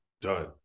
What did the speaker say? done